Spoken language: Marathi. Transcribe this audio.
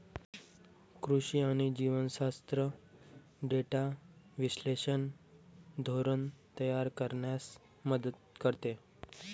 कृषी आणि जीवशास्त्र डेटा विश्लेषण धोरण तयार करण्यास मदत करते